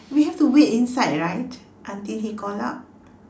we have to wait inside right until he call out